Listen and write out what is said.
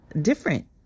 different